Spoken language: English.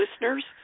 Listeners